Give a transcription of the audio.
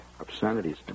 Obscenities